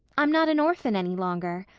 i'm not an orphan any longer.